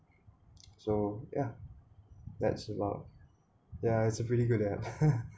so ya that's a lot yeah that's a pretty good app